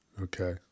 Okay